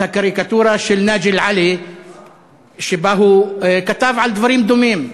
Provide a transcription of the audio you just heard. את הקריקטורה של נאג'י אל-עלי שבה הוא כתב על דברים דומים: